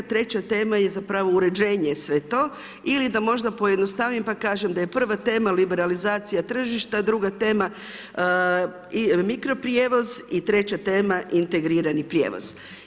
Treća tema je zapravo uređenje sve to ili da možda pojednostavim pa kažem da je prva tema liberalizacija tržišta, druga tema i mikroprijevoz i treća tema integrirani prijevoz.